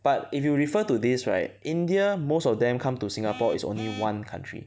but if you refer to this right India most of them come to singapore is only one country